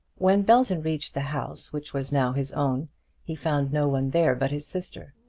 when belton reached the house which was now his own he found no one there but his sister.